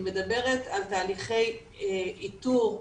היא מדברת על תהליכי איתור,